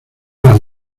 las